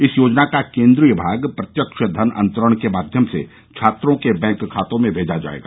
इस योजना का केन्द्रीय भाग प्रत्यक्ष धन अंतरण के माध्यम से छात्रों के बैंक खातों में भेजा जाएगा